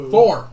Four